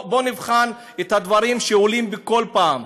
בוא נבחן את הדברים שעולים בכל פעם,